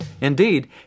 Indeed